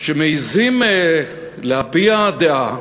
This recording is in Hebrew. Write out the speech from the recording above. בממשלה, שמעזים להביע דעה,